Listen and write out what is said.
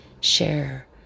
share